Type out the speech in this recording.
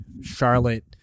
Charlotte